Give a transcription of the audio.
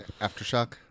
AfterShock